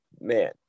man